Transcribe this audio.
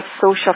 social